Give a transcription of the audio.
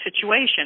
situation